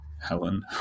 Helen